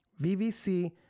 VVC